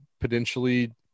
potentially